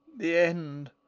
the end,